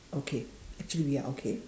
okay actually we are okay